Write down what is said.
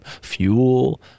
fuel